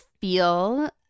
feel